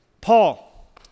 Paul